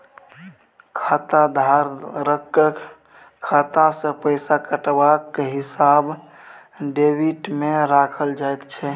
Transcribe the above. खाताधारकक खाता सँ पैसा कटबाक हिसाब डेबिटमे राखल जाइत छै